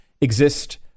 exist